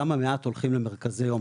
כמה מעט הולכים למרכזי יום.